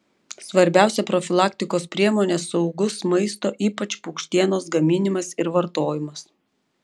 svarbiausia profilaktikos priemonė saugus maisto ypač paukštienos gaminimas ir vartojimas